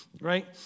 right